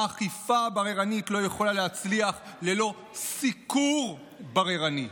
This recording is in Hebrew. האכיפה הבררנית לא יכולה להצליח ללא סיקור בררני.